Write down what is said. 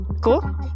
Cool